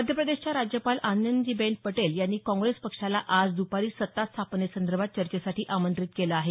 मध्यप्रदेशच्या राज्यपाल आनंदीबेन पटेल यांनी काँग्रेस पक्षाला आज दुपारी सत्ता स्थापनेसंदर्भात चर्चेसाठी आमंत्रित केलं आहे